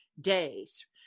days